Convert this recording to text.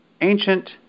ancient